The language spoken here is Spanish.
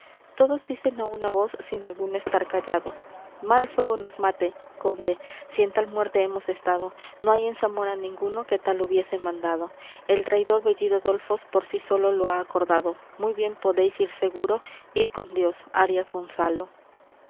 todos dicen á una voz sin alguno estar callado mal fuego nos mate conde si en tal muerte hemos estado no hay en zamora ninguno que tal hubiese mandado el traidor bellido dolfos por sí solo lo ha acordado muy bien podéis ir seguro id con dios arias gonzalo